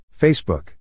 Facebook